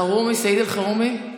סעיד אלחרומי,